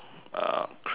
crave for